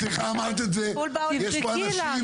הוא אמר שהמנהלים לא אישרו לו.